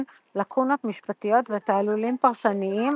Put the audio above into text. לאקונות משפטיות ותעלולים פרשניים,